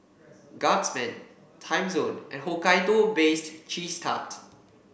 Guardsman Timezone and Hokkaido Based Cheese Tart